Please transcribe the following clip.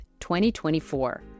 2024